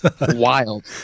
Wild